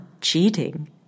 cheating